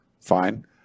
Fine